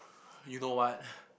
you know what